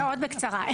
מאוד בקצרה,